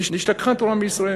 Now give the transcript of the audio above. נשתכחה תורה מישראל